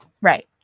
Right